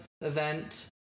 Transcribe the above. event